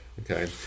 Okay